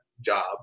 job